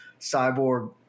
Cyborg –